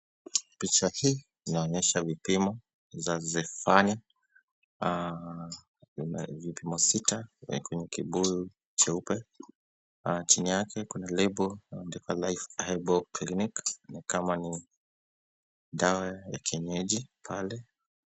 Picha hii inaonyesha vipimo za zefani. Tuna vipimo sita kwenye kibuyu cheupe. Chini yake kuna lebo life herbal clinic . Ni kama ni dawa ya kienyeji pale.